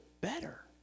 better